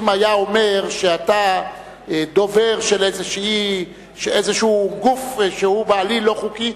אם הוא היה אומר שאתה דובר של איזשהו גוף שהוא בעליל לא חוקי,